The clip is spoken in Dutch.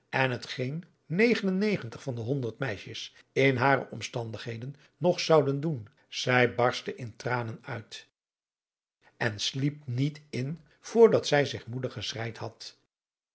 en het geen negenennegentig van de honderd meisjes in hare omstandigheden nog zouden doen zij barstte in tranen uit en sliep niet in voor dat zij zich moede geschreid had